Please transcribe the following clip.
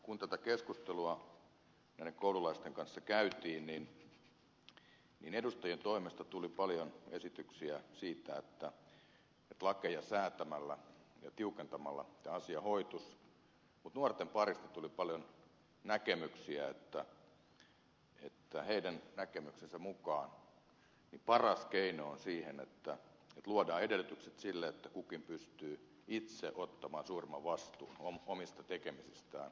kun tätä keskustelua näiden koululaisten kanssa käytiin niin edustajien toimesta tuli paljon esityksiä siitä että lakeja säätämällä ja tiukentamalla tämä asia hoituisi mutta nuorten parista tuli paljon näkemyksiä joiden mukaan paras keino siihen on että luodaan edellytykset sille että kukin pystyy itse ottamaan suurimman vastuun omista tekemisistään